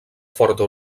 forta